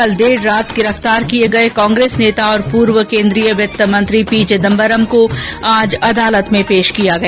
कल देर रात गिरफ्तार किये गये कांग्रेस नेता और पूर्व केन्द्रीय मंत्री पी चिदम्बरम को आज न्यायालय में पेश किया गया